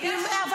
--- יש לו דעה.